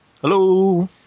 Hello